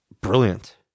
brilliant